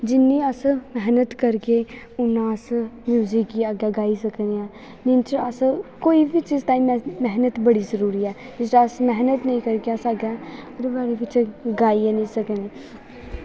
जिन्नी अस मैह्नत करगे उन्ना अस म्यूजिक गी अग्गें गाई सकने आं कोई बी चीज ताहीं मैह्नत बड़ी जरूरी ऐ जे अस मैह्नत नेईं करगे अस अग्गें फिर गाई गै निं सकने